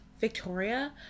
Victoria